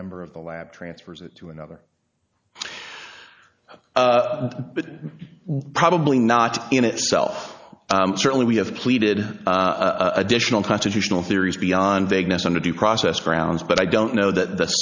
member of the lab transfers it to another but probably not in itself certainly we have pleaded additional constitutional theories beyond vagueness under due process grounds but i don't know th